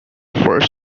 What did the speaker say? first